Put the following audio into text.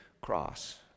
cross